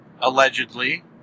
allegedly